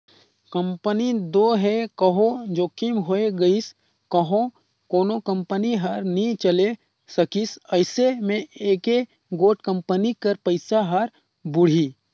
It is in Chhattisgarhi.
कंपनी दो हे कहों जोखिम होए गइस कहों कोनो कंपनी हर नी चले सकिस अइसे में एके गोट कंपनी कर पइसा हर बुड़ही